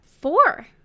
Four